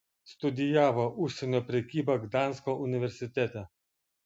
studijavo užsienio prekybą gdansko universitete